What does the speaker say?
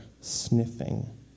sniffing